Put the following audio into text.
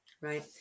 right